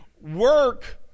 Work